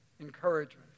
encouragement